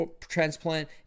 transplant